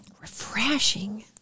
Refreshing